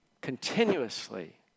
continuously